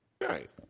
Right